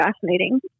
fascinating